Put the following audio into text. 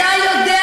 זאת באמת